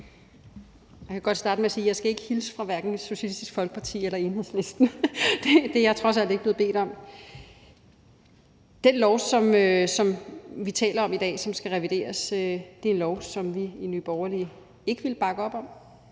Jeg vil godt starte med at sige, at jeg ikke skal hilse fra hverken Socialistisk Folkeparti eller Enhedslisten. Det er jeg trods alt ikke blevet bedt om. Den lov, som vi taler om i dag, som skal revideres, er en lov, som vi i Nye Borgerlige ikke ville bakke op om.